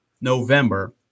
November